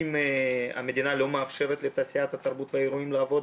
אם המדינה לא מאפשרת לתעשיית התרבות והאירועים לעבוד,